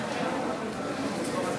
ההצבעה: